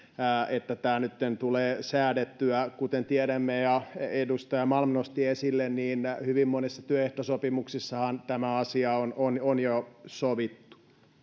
että tämä nytten tulee säädettyä kuten tiedämme ja edustaja malm nosti esille niin hyvin monessa työehtosopimuksessahan tämä asia on on jo sovittu